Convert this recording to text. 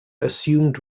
assumed